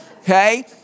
Okay